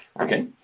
Okay